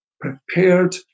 prepared